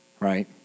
right